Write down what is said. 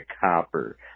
Copper